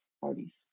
parties